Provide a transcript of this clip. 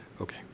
Okay